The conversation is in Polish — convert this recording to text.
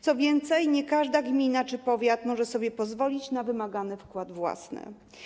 Co więcej, nie każda gmina czy nie każdy powiat mogą sobie pozwolić na wymagany wkład własny.